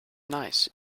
nice